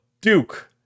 Duke